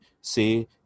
say